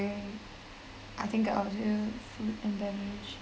I think I'll do and then